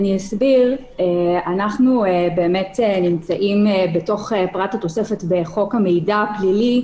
אנחנו באמת נמצאים בתוך פרט התוספת בחוק המידע הפלילי,